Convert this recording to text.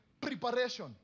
preparation